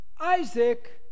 isaac